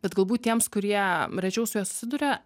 bet galbūt tiems kurie rečiau su ja susiduria